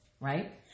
right